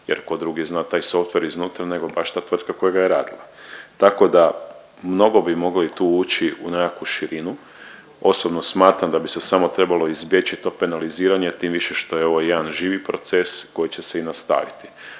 jer tko drugi zna taj softver iznutra nego baš ta tvrtka koja ga je radila. Tako da mnogo bi mogli tu ući u nekakvu širinu. Osobno smatram da bi se samo trebalo izbjeći to penaliziranje tim više što je ovo jedan živi proces koji će se i nastaviti.